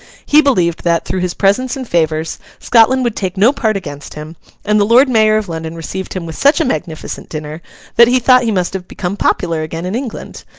he believed that, through his presents and favours, scotland would take no part against him and the lord mayor of london received him with such a magnificent dinner that he thought he must have become popular again in england.